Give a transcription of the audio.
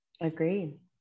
agreed